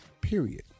period